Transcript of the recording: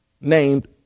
named